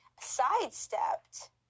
sidestepped